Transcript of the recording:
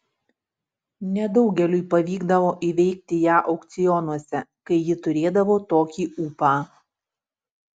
nedaugeliui pavykdavo įveikti ją aukcionuose kai ji turėdavo tokį ūpą